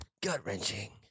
gut-wrenching